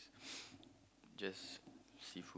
just seafood